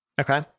Okay